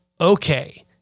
Okay